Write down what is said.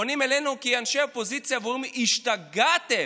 פונים אלינו כאנשי אופוזיציה ואומרים: השתגעתם.